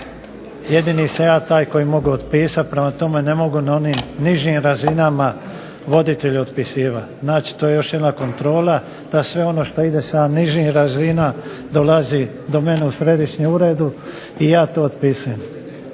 jedini sam ja taj koji mogu otpisati. Prema tome, ne mogu na onim nižim razinama voditelj otpisivati. Znači, to je još jedna kontrola, da sve ono što ide sa nižih razina dolazi do mene u središnjem uredu i ja to otpisujem.